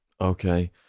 Okay